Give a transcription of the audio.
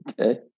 Okay